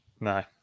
No